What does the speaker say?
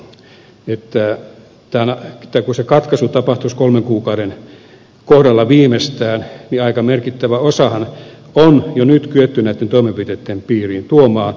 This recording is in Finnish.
se on totta että kun se katkaisu tapahtuisi kolmen kuukauden kohdalla viimeistään niin aika merkittävä osahan on jo nyt kyetty näitten toimenpiteitten piiriin tuomaan